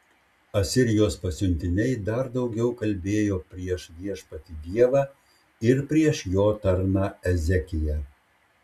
asirijos pasiuntiniai dar daugiau kalbėjo prieš viešpatį dievą ir prieš jo tarną ezekiją